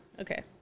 Okay